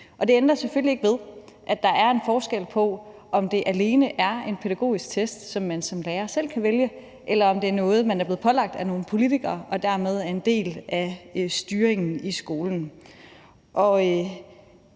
Det ændrer selvfølgelig ikke ved, at der er en forskel på, om det alene er en pædagogisk test, som man som lærer selv kan vælge, eller om det er noget, man er blevet pålagt af nogle politikere og dermed en del af styringen i skolen.